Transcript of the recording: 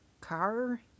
car